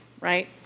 right